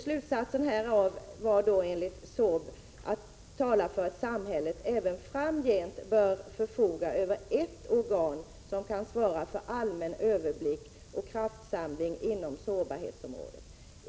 Sårbarhetsberedningens slutsats var att samhället även framgent bör förfoga över ett organ för allmän överblick och kraftsamling inom sårbarhetsområdet.